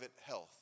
health